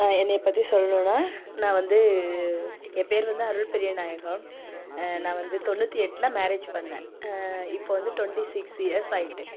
என்னை பற்றி சொல்லணுன்னா நான் வந்து என் பேர் வந்து அருள் பெரியநாயகம் நான் வந்து தொண்ணூற்றி எட்டில் மேரேஜ் பண்ணேன் இப்போது வந்து ட்வென்டி சிக்ஸ் இயர்ஸ் ஆகிவிட்டு